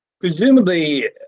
Presumably